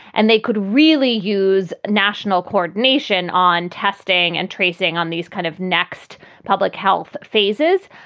and they could really use national coordination on testing and tracing on these kind of next public health phases.